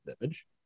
image